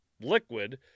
liquid